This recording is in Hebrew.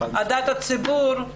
דעת הציבור,